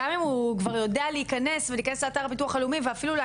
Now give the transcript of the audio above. גם אם הוא כבר יודע להיכנס ולהיכנס לאתר הביטוח לאומי ואפילו,